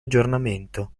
aggiornamento